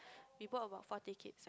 we book about four ticket